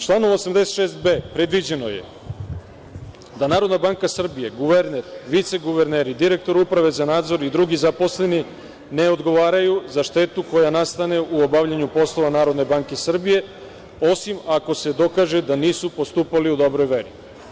Članom 86b predviđeno je da NBS, guverner, viceguverneri, direktor Uprave za nadzor i drugi zaposleni ne odgovaraju za štetu koja nastane u obavljanju poslova NBS, osim ako se dokaže da nisu postupali u dobroj veri.